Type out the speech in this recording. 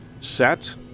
set